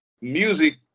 music